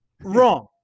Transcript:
Wrong